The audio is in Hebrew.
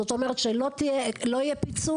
זאת אומרת שלא יהיה פיצול,